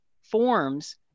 forms